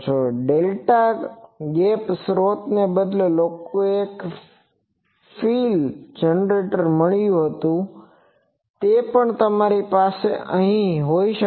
delta gap સ્રોતને બદલે લોકોને એક ફ્રિલ જનરેટર મળ્યું છે તે પણ તમારી પાસે અહીં હોઈ શકે છે